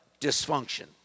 dysfunction